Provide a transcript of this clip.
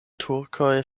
turkoj